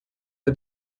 the